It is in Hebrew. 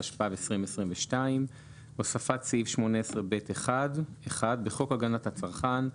התשפ"ב 2022 הוספת סעיף 18ב1 1. בחוק הגנת הצרכן,